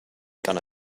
gonna